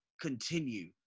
continue